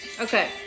Okay